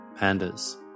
pandas